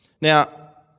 Now